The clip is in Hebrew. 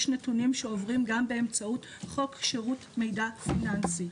יש נתונים שעוברים גם באמצעות חוק שירות מידע פיננסי.